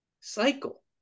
cycle